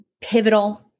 pivotal